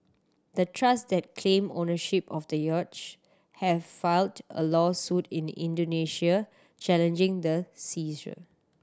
the trust that claim ownership of the have filed a lawsuit in Indonesia challenging the seizure